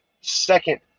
second